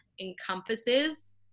encompasses